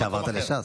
חשבתי שעברת לש"ס.